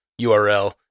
URL